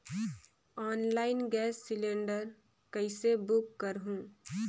Online gas cylinder कइसे book करहु?